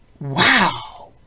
wow